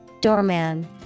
Doorman